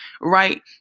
right